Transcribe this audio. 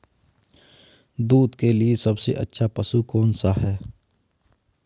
दूध के लिए सबसे अच्छा पशु कौनसा है?